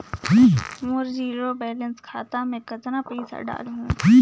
मोर zero balance खाता मे कतना पइसा डाल हूं?